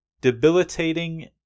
debilitating